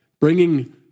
bringing